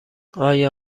آیا